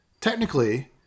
technically